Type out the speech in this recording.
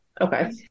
Okay